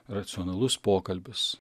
racionalus pokalbis